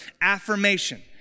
affirmation